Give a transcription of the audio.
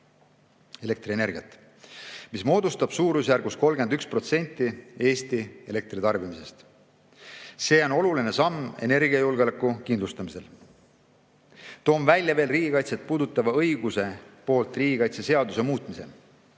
elektrienergiat, mis moodustab suurusjärgus 31% Eesti elektritarbimisest. See on oluline samm energiajulgeoleku kindlustamisel. Toon riigikaitset puudutava õiguse poolt välja veel riigikaitseseaduse muutmise.